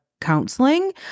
counseling